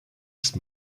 ist